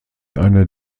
einer